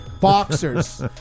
Boxers